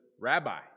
Rabbi